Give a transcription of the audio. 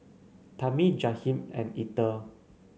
Tami Jahiem and Ether